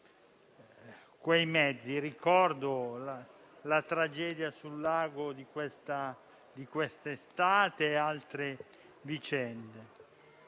o di alcol. Ricordo la tragedia sul lago di questa estate e altre vicende.